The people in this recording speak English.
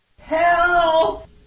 Help